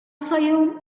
fayoum